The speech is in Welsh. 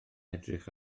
edrych